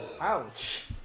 Ouch